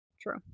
True